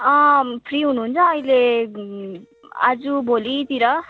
free हुनुहुन्छ अहिले आज भोलितिर